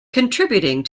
contributing